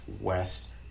west